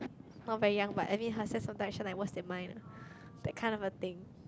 not very young but I mean her sense of direction like worse than mine that kind of a thing